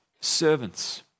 servants